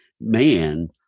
man